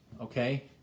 Okay